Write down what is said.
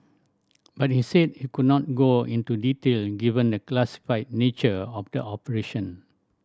but he said he could not go into detail given the classified nature of the operation